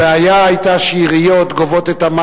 הבעיה היתה שעיריות גובות את תשלום